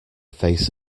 face